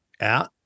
out